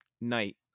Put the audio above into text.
night